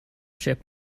ship